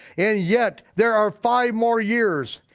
and yet there are five more years.